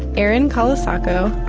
erin colasacco,